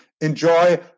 enjoy